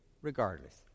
regardless